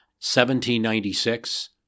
1796